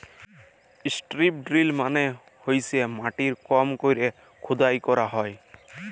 strip drill মালে হইসে মাটির কম কইরে খুদাই ক্যইরা হ্যয়